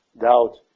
doubt